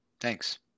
thanks